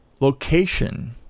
location